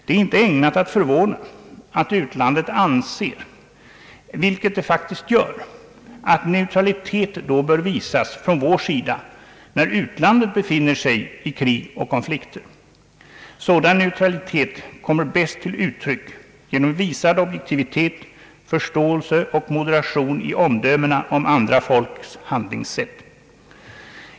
Det är inte ägnat att förvåna att utlandet anser, vilket det faktiskt gör, att neutralitet då bör visas från vår sida, när utlandet befinner sig i krig och konflikter. Sådan neutralitet kommer bäst till uttryck genom visad objektivitet, förståelse och moderation i omdömena om andra folks handlingssätt.